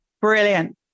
Brilliant